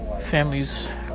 Families